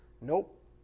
nope